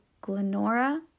Glenora